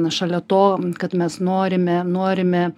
šalia to kad mes norime norime